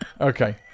Okay